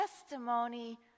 testimony